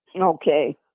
Okay